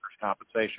compensation